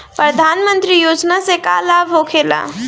प्रधानमंत्री योजना से का लाभ होखेला?